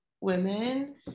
women